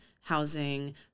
housing